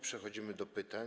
Przechodzimy do pytań.